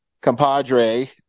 compadre